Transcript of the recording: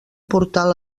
portal